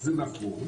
נכון